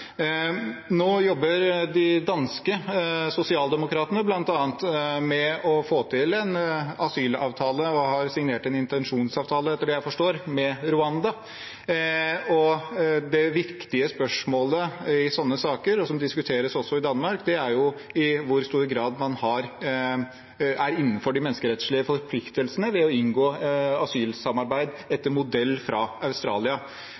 Nå jobber de danske sosialdemokratene med å få til en asylavtale og har, etter det jeg forstår, signert en intensjonsavtale med Rwanda. Det viktige spørsmålet i sånne saker, som også diskuteres i Danmark, er jo i hvor stor grad man er innenfor de menneskerettslige forpliktelsene ved å inngå asylsamarbeid etter modell fra Australia.